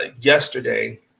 yesterday